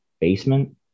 basement